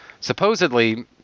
supposedly